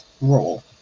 role